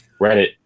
Reddit